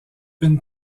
une